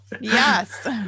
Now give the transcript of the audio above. Yes